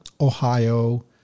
Ohio